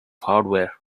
hardware